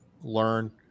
learn